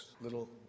little